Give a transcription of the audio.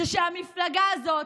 זה שהמפלגה הזאת,